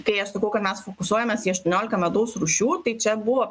tai aš sakau kad mes fokusuojames į aštuonioliką medaus rūšių tai čia buvo